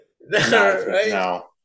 no